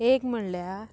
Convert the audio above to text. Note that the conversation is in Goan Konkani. एक म्हणल्या